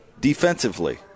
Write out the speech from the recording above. Defensively